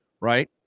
right